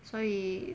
所以